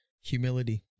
Humility